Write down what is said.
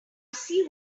see